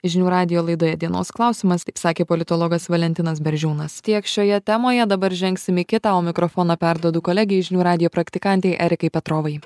žinių radijo laidoje dienos klausimas sakė politologas valentinas beržiūnas tiek šioje temoje dabar žengsim į kitą o mikrofoną perduodu kolegei žinių radijo praktikantei erikai petrovai